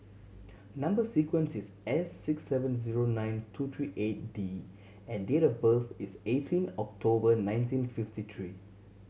number sequence is S six seven zero nine two three eight D and date of birth is eighteen October nineteen fifty three